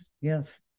Yes